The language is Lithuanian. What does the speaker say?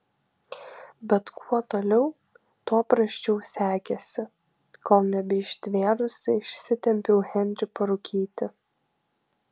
bet kuo toliau tuo prasčiau sekėsi kol nebeištvėrusi išsitempiau henrį parūkyti